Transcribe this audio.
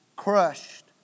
crushed